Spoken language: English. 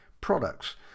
products